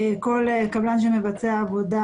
כל קבלן שמבצע עבודה,